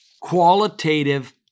qualitative